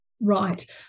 Right